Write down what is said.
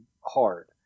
hard